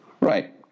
Right